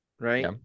right